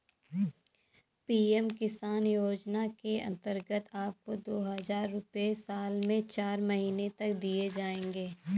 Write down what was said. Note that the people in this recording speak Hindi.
पी.एम किसान योजना के अंतर्गत आपको दो हज़ार रुपये साल में चार महीने तक दिए जाएंगे